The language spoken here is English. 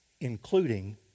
including